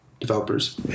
developers